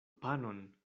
panon